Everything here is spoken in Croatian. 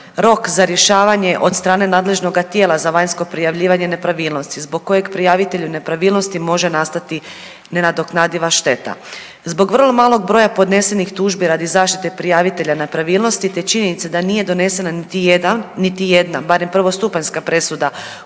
rok za rješavanje od strane nadležnoga tijela za vanjsko prijavljivanje nepravilnosti zbog kojeg prijavitelju nepravilnosti može nastati nenadoknadiva šteta. Zbog vrlo malog broja podnesenih tužbi radi zaštite prijavitelja nepravilnosti, te činjenice da nije donesena niti jedna barem prvostupanjska presuda